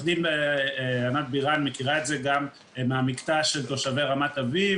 עו"ד ענת בירן מכירה את זה גם מהמקטע של תושבי רמת אביב